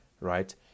right